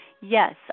Yes